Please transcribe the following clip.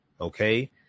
Okay